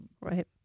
right